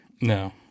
No